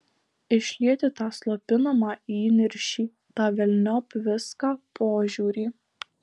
išlieti tą slopinamą įniršį tą velniop viską požiūrį